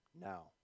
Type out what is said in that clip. now